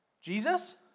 Jesus